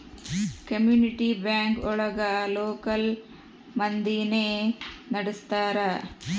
community bank ಒಳಗ local ಮಂದಿನೆ ನಡ್ಸ್ತರ